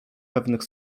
pewnych